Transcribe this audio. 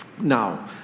Now